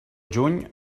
juny